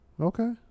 okay